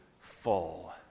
full